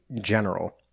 general